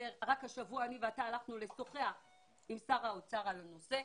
רק השבוע אתה ואני שוחחנו עם שר האוצר על הנושא.